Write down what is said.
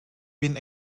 been